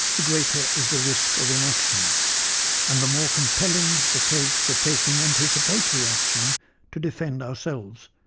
the greater is the risk of inaction and the more compelling the case for taking anticipatory action to defend ourselves,